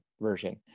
version